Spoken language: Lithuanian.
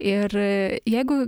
ir jeigu